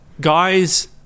guys